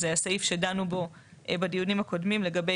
זה הסעיף שדנו בו בדיונים הקודמים לגבי